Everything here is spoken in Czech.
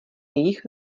jejich